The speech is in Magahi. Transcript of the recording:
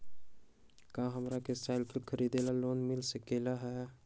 का हमरा के साईकिल खरीदे ला लोन मिल सकलई ह?